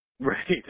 Right